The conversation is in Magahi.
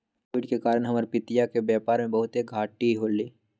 कोविड के कारण हमर पितिया के व्यापार में बहुते घाट्टी भेलइ